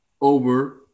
over